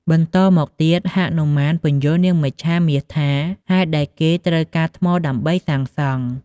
បន្តមកទៀត ហនុមានពន្យល់នាងមច្ឆាមាសថា ហេតុដែលគេត្រូវការថ្មដើម្បីសាងសង។